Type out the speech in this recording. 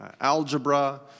algebra